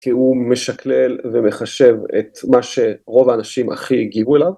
כי הוא משקלל ומחשב את מה שרוב האנשים הכי הגיבו אליו.